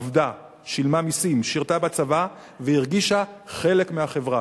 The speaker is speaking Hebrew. עבדה, שילמה מסים, שירתה בצבא והרגישה חלק מהחברה.